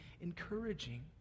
encouraging